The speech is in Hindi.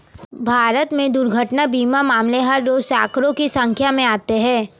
भारत में दुर्घटना बीमा मामले हर रोज़ सैंकडों की संख्या में आते हैं